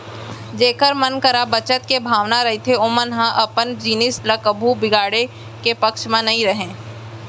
जेखर मन करा बचत के भावना रहिथे ओमन ह अपन जिनिस ल कभू बिगाड़े के पक्छ म नइ रहय